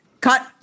cut